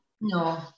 No